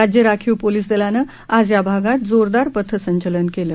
राज्य राखीव पोलीस दलानं आज या भागात जोरदार पथ संचलन केलं